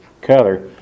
color